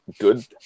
good